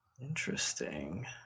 Interesting